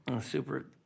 Super